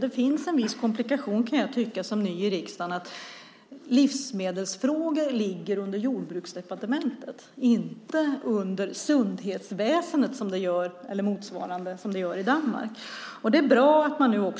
Det finns en komplikation, tycker jag som ny i riksdagen, i att livsmedelsfrågor ligger under Jordbruksdepartementet, inte under vår motsvarighet till det danska Sundhetsvæsenet. Det är bra att man nu